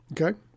Okay